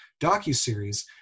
docuseries